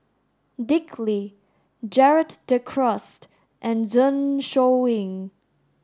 Dick Lee Gerald De Cruz and Zeng Shouyin